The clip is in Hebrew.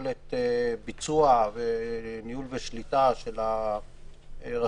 יכולת הביצוע ואת הניהול והשליטה של הרשויות.